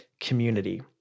community